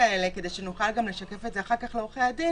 כדי שנוכל גם לשתף את זה אחר כך עם עורכי הדין,